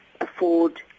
afford